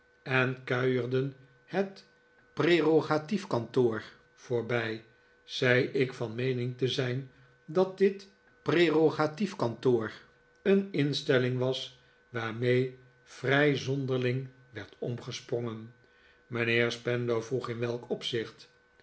en kuierden het prerogatiefkantoor voorbij zei ik van meening te zijn dat dit prerogatief kantoor een instelling was waarmee vrij zonderling werd omgesprongen mijnheer spenlow vroeg in welk opzicht